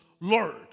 Lord